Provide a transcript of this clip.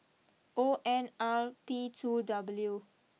O N R P two W